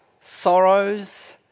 sorrows